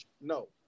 No